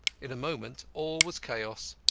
in a moment all was chaos.